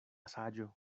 saĝo